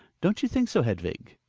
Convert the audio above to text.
don't you think so, hedvig?